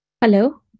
hello